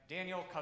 Daniel